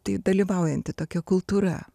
tai dalyvaujanti tokia kultūra